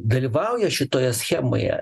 dalyvauja šitoje schemoje